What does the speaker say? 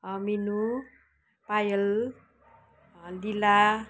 मिनु पायल दिला